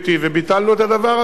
וביטלנו את הדבר הזה,